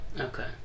Okay